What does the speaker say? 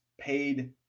paid